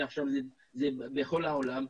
ועכשיו זה בכל העולם,